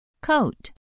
Coat